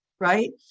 Right